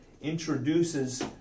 introduces